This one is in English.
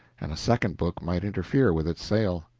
and a second book might interfere with its sale.